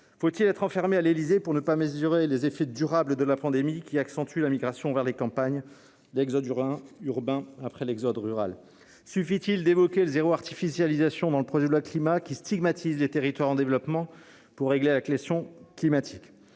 Faut-il être enfermé à l'Élysée pour ne pas mesurer les effets durables de la pandémie, qui accentuent la migration vers les campagnes : l'exode urbain, après l'exode rural ? Suffit-il d'évoquer l'objectif de zéro artificialisation dans le projet de loi Climat, qui stigmatise les territoires en développement pour régler la question climatique ?